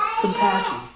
compassion